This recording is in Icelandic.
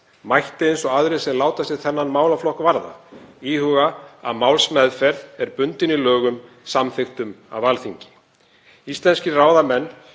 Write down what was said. mætti eins og aðrir sem láta sig þennan málaflokk varða íhuga að málsmeðferð er bundin í lögum, samþykktum af Alþingi. Íslenskir ráðamenn,